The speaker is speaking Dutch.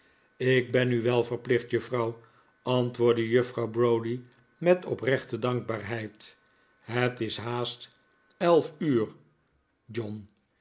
ik ben u wel verplicht juffrouw antwoordde juffrouw browdie met oprechte dankbaarheid het is haast elf uur john